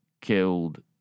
killed